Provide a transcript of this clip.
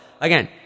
again